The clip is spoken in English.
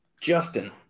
Justin